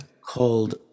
Called